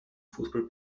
fußball